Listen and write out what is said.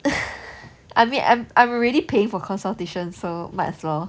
I mean I'm I'm already paying for consultation so might as well